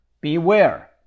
beware